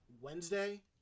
Wednesday